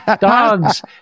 dogs